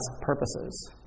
purposes